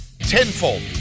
tenfold